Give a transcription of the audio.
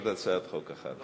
יש עוד הצעת חוק אחת.